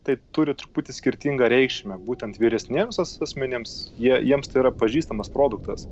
tai turi truputį skirtingą reikšmę būtent vyresniems as asmenims jie jiems tai yra pažįstamas produktas